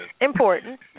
Important